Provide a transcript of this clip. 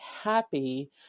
happy